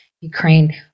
Ukraine